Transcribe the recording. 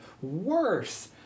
worse